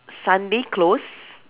Sunday close